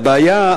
הבעיה,